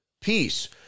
peace